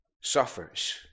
suffers